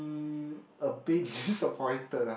mm a bit disappointed ah